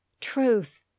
truth